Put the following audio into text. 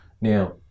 Now